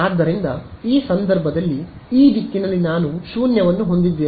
ಆದ್ದರಿಂದ ಈ ಸಂದರ್ಭದಲ್ಲಿ ಈ ದಿಕ್ಕಿನಲ್ಲಿ ನಾನು ಶೂನ್ಯವನ್ನು ಹೊಂದಿದ್ದೇನೆ